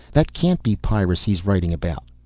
that can't be pyrrus he's writing about.